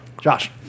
Josh